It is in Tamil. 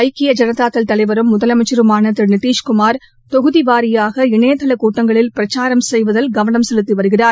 ஐக்கிய ஜனதாதள் தலைவரும் முதலமைச்சருமான திரு நிதிஷ்குமார் தொகுதி வாரியாக இணைதள கூட்டங்களில் பிரச்சாரம் செய்வதில் கவனம் செலுத்தி வருகிறார்